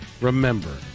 remember